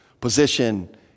position